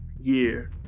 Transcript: year